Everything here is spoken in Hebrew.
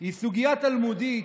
היא סוגיה תלמודית,